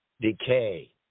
decay